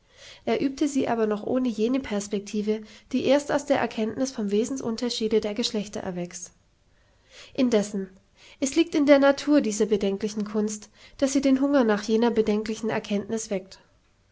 er übte sie aber noch ohne jene perspektive die erst aus der erkenntnis vom wesensunterschiede der geschlechter erwächst indessen es liegt in der natur dieser bedenklichen kunst daß sie den hunger nach jener bedenklichen erkenntnis weckt